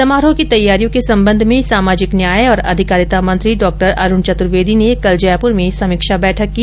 समारोह की तैयारियों के संबंध में सामाजिक न्याय और अधिकारिता मंत्री डॉ अरूण चतुर्वेदी ने कल जयपुर में समीक्षा बैठक की